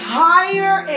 higher